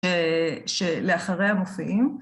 שלאחריה מופיעים